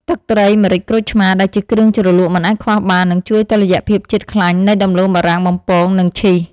ទឹកត្រីម្រេចក្រូចឆ្មាដែលជាគ្រឿងជ្រលក់មិនអាចខ្វះបាននឹងជួយតុល្យភាពជាតិខ្លាញ់នៃដំឡូងបារាំងបំពងនិងឈីស។